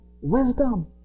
wisdom